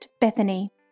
Bethany